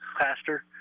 pastor